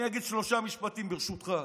אני אגיד שלושה משפטים, ברשותך.